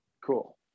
Cool